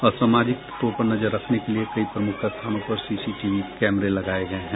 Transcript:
असामाजिक तत्वों पर नजर रखने के लिए कई प्रमुख स्थानों पर सीसीटीवी कैमरे लगाये गये हैं